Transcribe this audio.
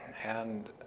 and,